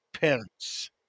parents